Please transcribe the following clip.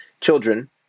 children